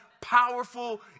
powerful